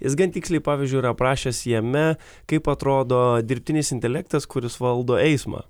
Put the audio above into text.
jis gan tiksliai pavyzdžiui yra aprašęs jame kaip atrodo dirbtinis intelektas kuris valdo eismą